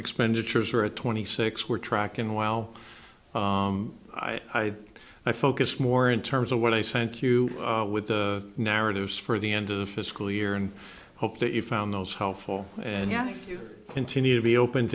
expenditures are at twenty six we're tracking while i i focused more in terms of what i sent you with the narratives for the end of the fiscal year and hope that you found those helpful and you continue to be open